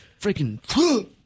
freaking